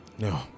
No